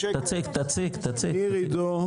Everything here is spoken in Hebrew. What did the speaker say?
ניר עידו,